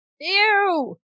ew